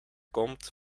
komt